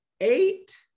eight